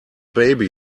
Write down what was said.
baby